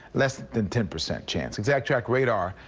less than ten percent chance exact track radar.